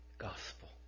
gospel